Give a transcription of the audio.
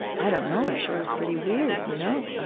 i don't know, i'm sure i was pretty weird, you know?